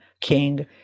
king